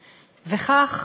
וכך,